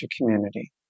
community